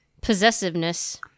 possessiveness